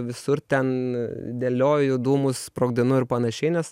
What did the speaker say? visur ten dėlioju dūmus sprogdinu ir panašiai nes